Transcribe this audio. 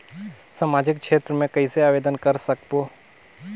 समाजिक क्षेत्र मे कइसे आवेदन कर सकबो?